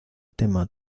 tema